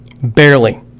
Barely